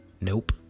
Nope